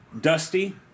Dusty